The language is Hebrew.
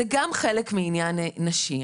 זה גם חלק מעניין נשי.